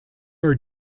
are